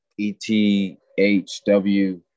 ETHW